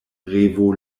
revo